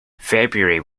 february